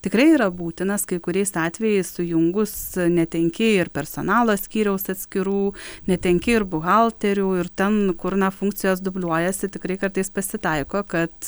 tikrai yra būtinas kai kuriais atvejais sujungus netenki ir personalo skyriaus atskirų netenki ir buhalterių ir ten nu kur na funkcijos dubliuojasi tikrai kartais pasitaiko kad